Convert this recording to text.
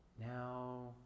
Now